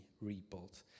rebuilt